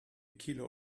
kilo